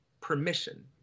permission